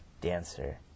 Dancer